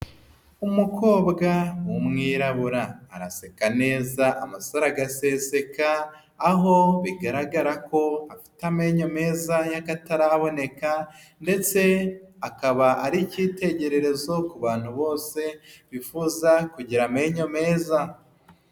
Umukobwa w'umwirabura araseka neza amasore agaseseka aho bigaragara ko afite amenyo meza y'akataraboneka ndetse akaba ari icyitegererezo ku bantu bose bifuza kugira amenyo meza.